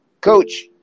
Coach